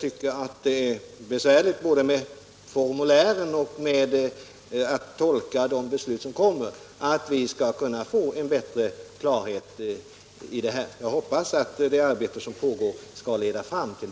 tycker att det är besvärligt både att förstå formulären och att tolka de beslut som det kommer meddelande om, och jag är lika angelägen som herr Börjesson om att vi skall få större klarhet i detta avseende. Jag hoppas att det arbete som pågår skall leda fram till det.